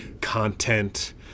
content